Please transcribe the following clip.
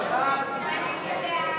סעיף 10,